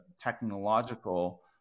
technological